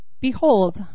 Behold